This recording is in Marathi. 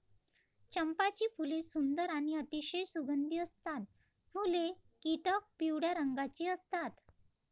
चंपाची फुले सुंदर आणि अतिशय सुगंधी असतात फुले फिकट पिवळ्या रंगाची असतात